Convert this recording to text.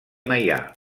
meià